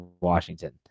Washington